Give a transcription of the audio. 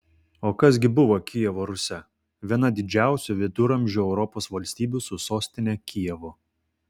o kas gi buvo kijevo rusia viena didžiausių viduramžių europos valstybių su sostine kijevu